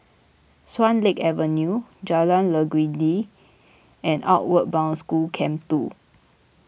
Swan Lake Avenue Jalan Legundi and Outward Bound School Camp two